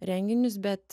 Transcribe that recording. renginius bet